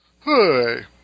Hey